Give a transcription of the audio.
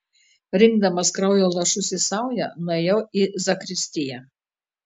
rinkdamas kraujo lašus į saują nuėjau į zakristiją